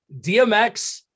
DMX